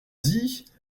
dit